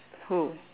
who